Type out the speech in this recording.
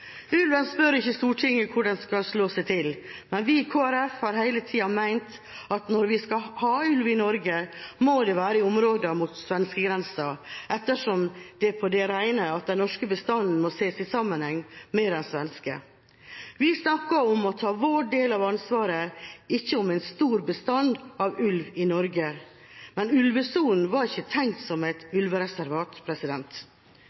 Ulven spør ikke Stortinget om hvor den skal slå seg til, men vi i Kristelig Folkeparti har hele tida ment at når vi skal ha ulv i Norge, må det være i områdene mot svenskegrensa, ettersom det er på det rene at den norske bestanden må ses i sammenheng med den svenske. Vi snakker om å ta vår del av ansvaret, ikke om en stor bestand av ulv i Norge. Men ulvesonen var ikke tenkt som et